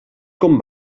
com